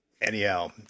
Anyhow